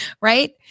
Right